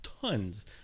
tons